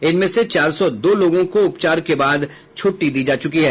इनमें से चार सौ दो लोगों को उपचार के बाद छुट्टी दी जा चुकी है